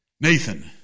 Nathan